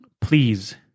please